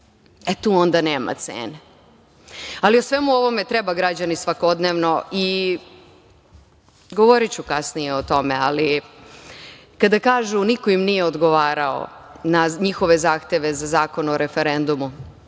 E, tu onda nema cene. Ali, o svemu ovome treba građani svakodnevno… Govoriću kasnije o tome. Kada kažu – niko im nije odgovarao na njihove zahteve za Zakon o referendumu,